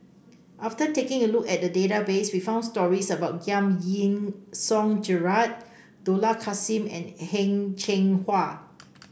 after taking a look at the database we found stories about Giam Yean Song Gerald Dollah Kassim and Heng Cheng Hwa